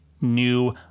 new